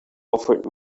offered